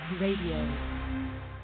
Radio